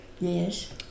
yes